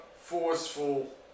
forceful